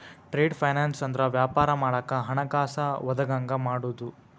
trade finance ಅಂದ್ರ ವ್ಯಾಪಾರ ಮಾಡಾಕ ಹಣಕಾಸ ಒದಗಂಗ ಮಾಡುದು